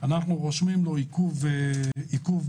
אנחנו רושמים לו עיכוב בהגעה,